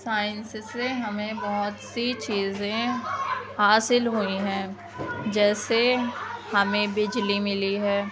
science سے ہمیں بہت سی چیزیں حاصل ہوئی ہیں جیسے ہمیں بجلی ملی ہے